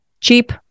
Cheap